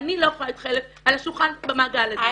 אני לא יכולה להתחייב על השולחן במעגל הזה.